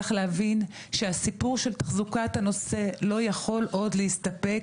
צריך להבין שהסיפור של תחזוקת הנושא לא יכול עוד להסתפק